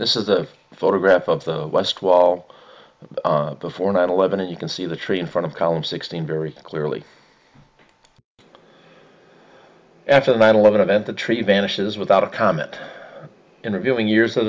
this is a photograph of the west wall before nine eleven and you can see the tree in front of columns sixteen very clearly after the nine eleven event the tree vanishes without a comment interviewing years of